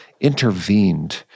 intervened